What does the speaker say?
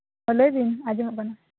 ᱦᱮᱸ ᱞᱟᱹᱭ ᱵᱤᱱ ᱟᱸᱡᱚᱢᱚᱜ ᱠᱟᱱᱟ